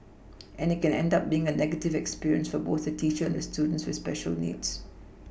and it can end up being a negative experience for both the teacher and the student with special needs